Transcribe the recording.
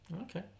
Okay